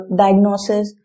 diagnosis